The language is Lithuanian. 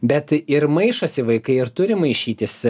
bet ir maišosi vaikai ir turi maišytis